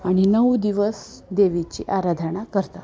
आणि नऊ दिवस देवीची आराधना करतात